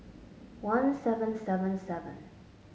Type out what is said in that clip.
one seven seven seven